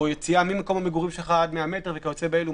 יציאה ממקום המגורים שלך עד 100 מטר וכיוצא באלו,